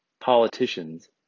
politicians